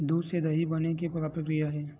दूध से दही बने के का प्रक्रिया हे?